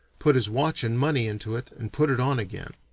put his watch and money into it and put it on again.